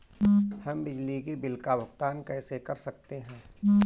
हम बिजली के बिल का भुगतान कैसे कर सकते हैं?